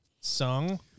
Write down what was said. Sung